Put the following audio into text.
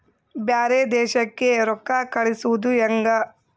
ಬ್ಯಾರೆ ದೇಶಕ್ಕೆ ರೊಕ್ಕ ಕಳಿಸುವುದು ಹ್ಯಾಂಗ?